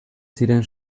ziren